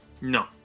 No